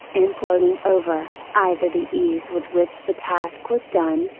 in gloating over, either the ease with which the task was done,